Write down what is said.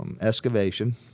excavation